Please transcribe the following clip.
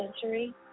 century